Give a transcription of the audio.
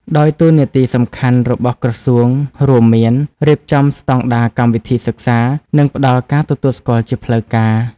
ដោយតួនាទីសំខាន់របស់ក្រសួងរួមមាន រៀបចំស្តង់ដារកម្មវិធីសិក្សា និងផ្តល់ការទទួលស្គាល់ជាផ្លូវការ។